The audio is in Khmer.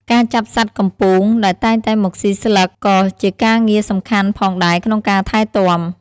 ការចាប់សត្វកំពូងដែលតែងតែមកស៊ីស្លឹកក៏ជាការងារសំខាន់ផងដែរក្នុងការថែទាំ។